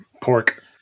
Pork